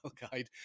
guide